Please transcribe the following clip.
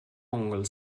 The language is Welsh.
ongl